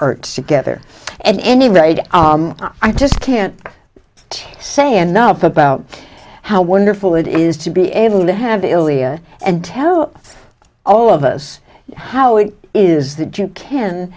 urt together and anybody i just can't say enough about how wonderful it is to be able to have the ilia and tell all of us how it is that you can